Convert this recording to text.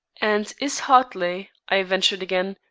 and is hartley, i ventured again,